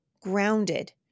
grounded